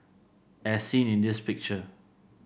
as seen in this picture